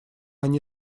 они